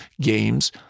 games